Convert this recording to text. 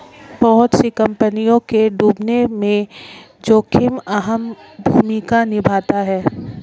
बहुत सी कम्पनियों के डूबने में जोखिम अहम भूमिका निभाता है